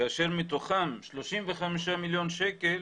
כאשר מתוכם 35 מיליון שקלים